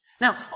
Now